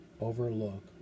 overlook